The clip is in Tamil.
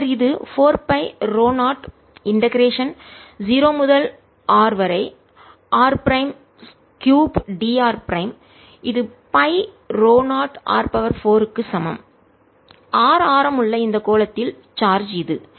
பின்னர் இது 4 pi ρ0 இண்டெகரேஷன்ஒருங்கிணைப்புக்கு 0 முதல் r வரை r3 dr இது பை ρ0r 4 க்கு சமம் r ஆரம் உள்ள இந்த கோளத்தில் சார்ஜ் இது